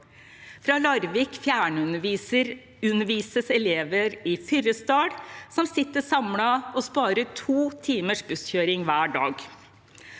Fra Larvik fjernundervises elever i Fyresdal som sitter samlet og sparer to timers busskjøring hver dag.